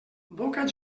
boca